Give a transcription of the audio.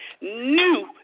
new